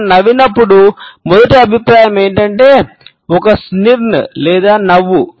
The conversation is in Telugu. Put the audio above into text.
అతను నవ్వినప్పుడు మొదటి అభిప్రాయం ఏమిటంటే ఒక స్నీర్ లేదా నవ్వు